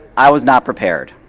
i was not prepared.